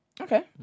Okay